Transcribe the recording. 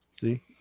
See